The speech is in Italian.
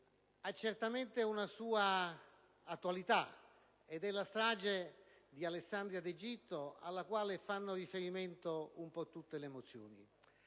ha certamente una sua attualità, ed alla strage di Alessandria d'Egitto fanno riferimento un po' tutte le mozioni.